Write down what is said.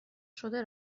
شده